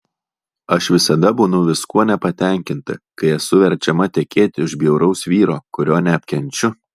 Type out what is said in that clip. aš visada būnu viskuo nepatenkinta kai esu verčiama tekėti už bjauraus vyro kurio neapkenčiu